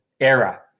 era